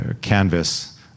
canvas